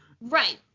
Right